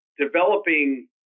developing